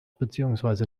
beziehungsweise